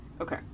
Okay